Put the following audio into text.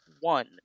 one